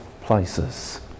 places